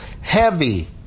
Heavy